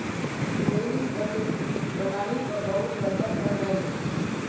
रोहिणी मंडी प्रणाली पर बहुत चर्चा कर लई